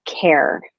care